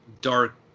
dark